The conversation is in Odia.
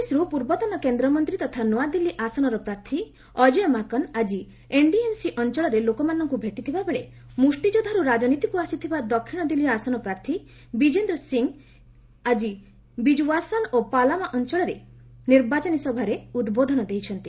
କଂଗ୍ରେସରୁ ପୂର୍ବତନ କେନ୍ଦ୍ରମନ୍ତ୍ରୀ ତଥା ନୁଆଦିଲ୍ଲୀ ଆସନର ପ୍ରାର୍ଥୀ ଅଜୟ ମାକନ ଆଜି ଏନ୍ଡିଏମ୍ସି ଅଞ୍ଚଳରେ ଲୋକମାନଙ୍କୁ ଭେଟିଥିବା ବେଳେ ମୁଷ୍ଟିଯୋଦ୍ଧାରୁ ରାଜନୀତିକୁ ଆସିଥିବା ଦକ୍ଷିଣ ଦିଲ୍ଲୀ ଆସନ ପ୍ରାର୍ଥୀ ବିଜେନ୍ଦର ସିଂହ ଆଜି ବିକୁୱାସନ୍ ଓ ପାଲାମ୍ ଅଞ୍ଚଳରେ ନିର୍ବାଚନୀ ସଭାରେ ଉଦ୍ବୋଧନ ଦେଇଛନ୍ତି